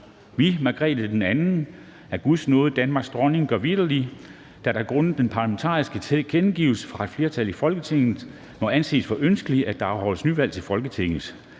DEN ANDEN, af Guds Nåde Danmarks Dronning, gør vitterligt: Da det grundet de parlamentariske tilkendegivelser fra et flertal i Folketinget må anses for ønskeligt, at der afholdes nyvalg til Folketinget,